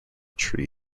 tree